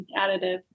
additive